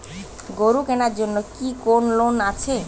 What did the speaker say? গরু কেনার জন্য কি কোন লোন আছে?